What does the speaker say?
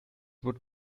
would